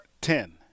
Ten